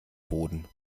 boden